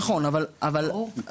ברור.